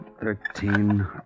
thirteen